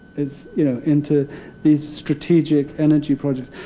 it's you know into these strategic energy projects.